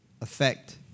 affect